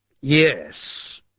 Yes